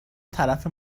طرف